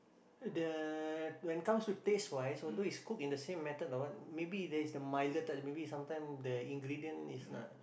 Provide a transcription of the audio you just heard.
the when comes to taste wise although it's cooked in the same method or what maybe there is the milder type maybe it's sometimes the ingredient is not